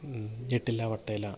ഞെട്ടില്ല വട്ടയില